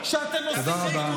אדוני, די.